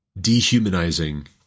dehumanizing